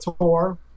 tour